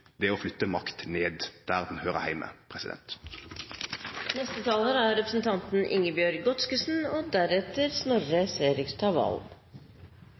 ikkje det å flytte makt opp, det er å flytte makt ned – der ho høyrer heime. Det er med ydmykhet og